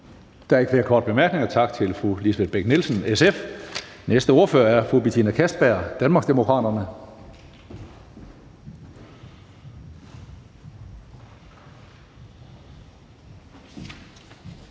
Der er ikke flere korte bemærkninger. Tak til fru Lisbeth Bech-Nielsen, SF. Den næste ordfører er fru Betina Kastbjerg, Danmarksdemokraterne.